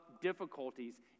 difficulties